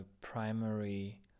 primary